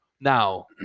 Now